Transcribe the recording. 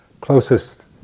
closest